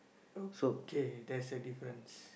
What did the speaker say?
okay that's a difference